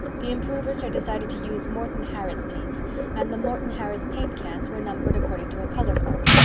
the improvers had decided to use morton-harris paints and the morton-harris paint cans were numbered according to a color card.